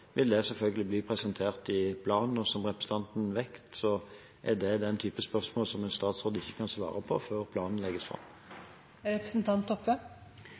vil det selvfølgelig bli presentert i planen, og som representanten vet, er det den type spørsmål som en statsråd ikke kan svare på før planen legges